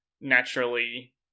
naturally